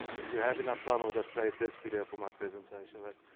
if we have enough time, i would have played this video for my presentation. but